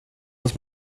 muss